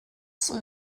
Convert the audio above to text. soll